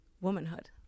womanhood